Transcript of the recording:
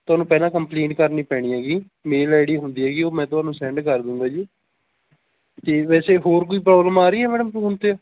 ਤੁਹਾਨੂੰ ਪਹਿਲਾਂ ਕੰਪਲੇਂਟ ਕਰਨੀ ਪੈਣੀ ਹੈਗੀ ਮੇਲ ਆਈ ਡੀ ਹੁੰਦੀ ਹੈਗੀ ਉਹ ਮੈਂ ਤੁਹਾਨੂੰ ਸੈਂਡ ਕਰ ਦੂੰਗਾ ਜੀ ਅਤੇ ਵੈਸੇ ਹੋਰ ਕੋਈ ਪ੍ਰੋਬਲਮ ਆ ਰਹੀ ਹੈ ਮੈਡਮ ਫੋਨ 'ਤੇ